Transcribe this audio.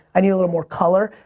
i need a little more color.